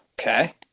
okay